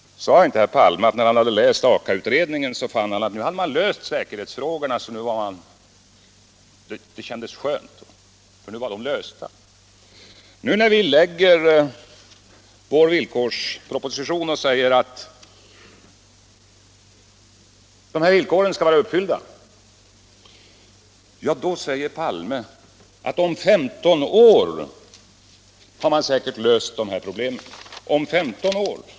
Sade inte herr Palme att när han hade läst AKA-utredningen fann han att man hade löst säkerhetsfrågorna, och det tyckte han kändes skönt. Nu när vi lägger vår villkorsproposition och kräver att dessa villkor skall vara uppfyllda, säger herr Palme att om 15 år har man säkert löst de här problemen.